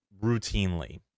routinely